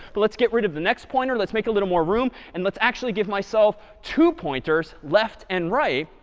but let's get rid of the next pointer. let's make a little more room. and let's actually give myself two pointers, left and right.